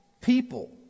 people